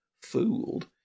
fooled